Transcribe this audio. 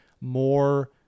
More